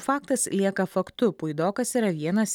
faktas lieka faktu puidokas yra vienas